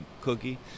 cookie